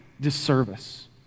disservice